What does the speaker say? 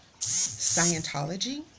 Scientology